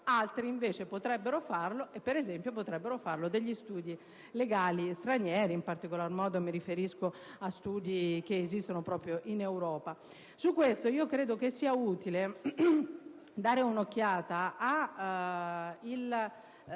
altri potrebbero farlo, per esempio degli studi legali stranieri (in particolar modo mi riferisco a studi che esistono proprio in Europa). Sul punto credo che sia utile dare un'occhiata al